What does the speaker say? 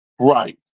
Right